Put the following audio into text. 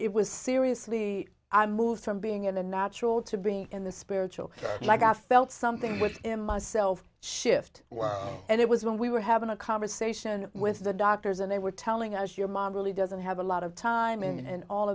it was seriously i moved from being in the natural to being in the spiritual like i felt something within myself shift well and it was when we were having a conversation with the doctors and they were telling us your mom really doesn't have a lot of time and all